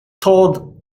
toad